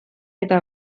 eta